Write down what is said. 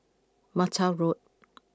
Mata Road